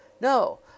No